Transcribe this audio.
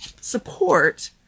support